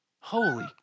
Holy